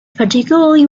particularly